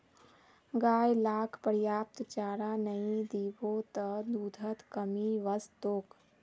गाय लाक पर्याप्त चारा नइ दीबो त दूधत कमी वस तोक